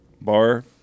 bar